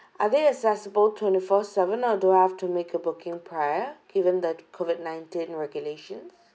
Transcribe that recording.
are they accessible twenty-four seven or do I have to make a booking prior given the COVID nineteen regulations